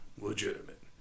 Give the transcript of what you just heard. legitimate